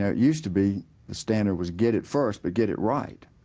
ah used to be the standard was get at first but get it right.